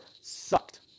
sucked